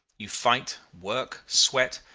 you fight, work, sweat,